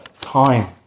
time